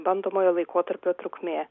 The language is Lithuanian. bandomojo laikotarpio trukmė